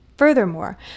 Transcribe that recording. Furthermore